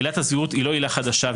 עילת הסבירות איננה עילה חדשה,